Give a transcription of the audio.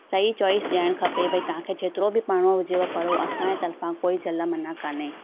सही चॉइस ॾियणु खपे भई तव्हांखे जेतिरो बि पढ़िणो हुजेव पढ़ो असांजे तरफ़ा कोई झल मना कान्हे